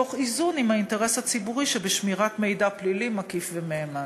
תוך איזון עם האינטרס הציבורי שבשמירת מידע פלילי מקיף ומהימן.